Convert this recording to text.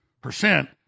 percent